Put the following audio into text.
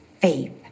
faith